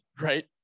Right